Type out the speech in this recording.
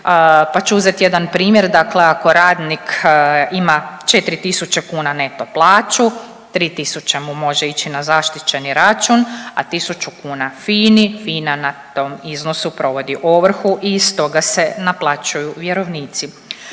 pa ću uzeti jedan primjer. Dakle, ako radnik ima 4.000 kuna neto plaću 3.000 mu može ići na zaštićeni račun, a 1.000 kuna FINA-i, FINA na tom iznosu provodi ovrhu i iz toga se naplaćuju vjerovnici.